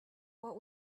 what